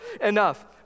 enough